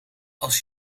als